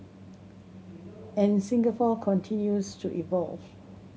and Singapore continues to evolve